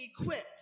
equipped